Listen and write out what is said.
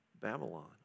Babylon